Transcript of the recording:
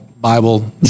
Bible